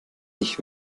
ich